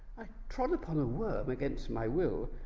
i trod upon a worm against my will,